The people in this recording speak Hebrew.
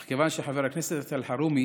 אך כיוון שחבר הכנסת אלחרומי